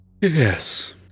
Yes